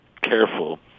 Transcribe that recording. careful